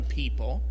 people